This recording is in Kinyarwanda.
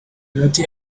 charlotte